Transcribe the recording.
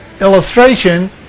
illustration